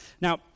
Now